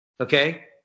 Okay